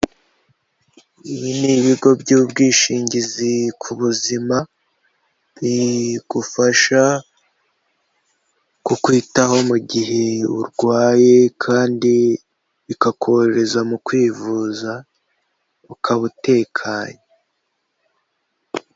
Ibi ni ibigo by'ubwishingizi ku buzima bigufasha kukwitaho mu gihe urwaye kandi bikakohereza mu kwivuza ukaba utekanye.